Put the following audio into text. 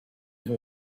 who